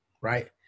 right